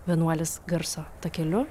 vienuolis garso takeliu